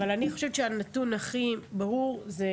אבל אני חושבת שהנתון הכי ברור אתה,